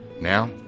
Now